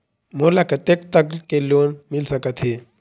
मोला कतेक तक के लोन मिल सकत हे?